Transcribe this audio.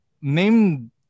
name